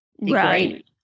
right